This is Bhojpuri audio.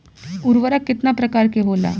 उर्वरक केतना प्रकार के होला?